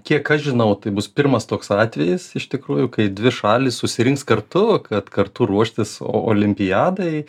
kiek aš žinau tai bus pirmas toks atvejis iš tikrųjų kai dvi šalys susirinks kartu kad kartu ruoštis olimpiadai